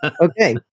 Okay